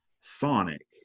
Sonic